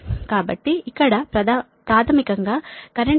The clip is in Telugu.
కాబట్టి ఇక్కడ ప్రాథమికం గా కరెంట్ మాగ్నిట్యూడ్ 279